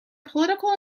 political